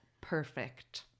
perfect